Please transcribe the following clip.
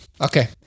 Okay